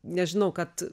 nežinau kad